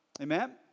Amen